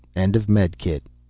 end of medikit,